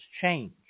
change